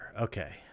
Okay